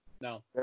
No